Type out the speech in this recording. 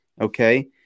Okay